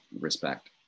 respect